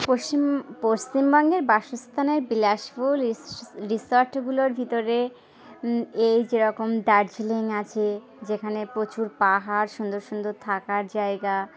পশ্চিম পশ্চিমবঙ্গের বাসস্থানের বিলাসপুর রিসর্টগুলোর ভিতরে এই যে রকম দার্জিলিং আছে যেখানে প্রচুর পাহাড় সুন্দর সুন্দর থাকার জায়গা